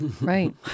right